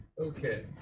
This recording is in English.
Okay